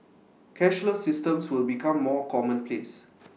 cashless systems will become more commonplace